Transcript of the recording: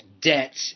debt